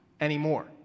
anymore